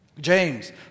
James